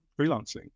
freelancing